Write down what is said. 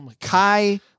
Kai